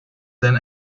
than